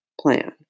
plan